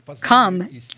come